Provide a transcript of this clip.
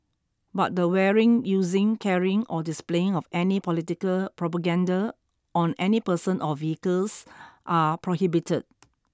but the wearing using carrying or displaying of any political propaganda on any person or vehicles are prohibited